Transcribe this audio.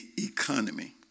economy